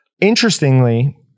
interestingly